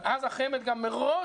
אז החמ"ד מראש,